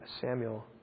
Samuel